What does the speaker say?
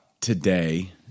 today